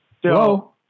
Hello